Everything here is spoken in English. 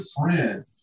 friend